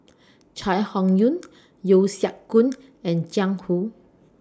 Chai Hon Yoong Yeo Siak Goon and Jiang Hu